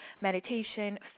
meditation